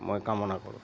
মই কামনা কৰোঁ